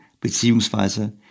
beziehungsweise